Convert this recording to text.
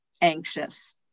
anxious